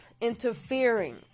interfering